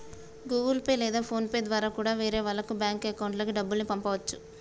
Google Pay లేదా PhonePe ద్వారా కూడా వేరే వాళ్ళ బ్యేంకు అకౌంట్లకి డబ్బుల్ని పంపచ్చు